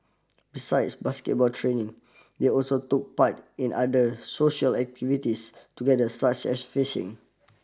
besides basketball training they also took part in other social activities together such as fishing